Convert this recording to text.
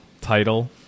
title